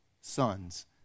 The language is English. sons